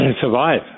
survive